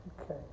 Okay